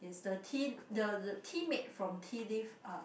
is the tea the the tea made from tea leaf are